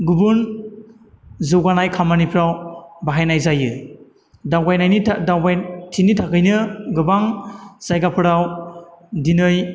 गुबुन जौगानाय खामानिफ्राव बाहायनाय जायो दावबायनाइनि था दावबायथिनि थाखैनो गोबां जायगाफोराव दिनै